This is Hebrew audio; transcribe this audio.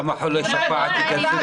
כמה חולי שפעת ייכנסו לקורונה?